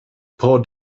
poor